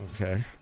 Okay